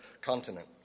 continent